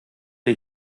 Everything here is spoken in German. wir